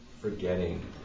forgetting